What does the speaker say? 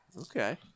Okay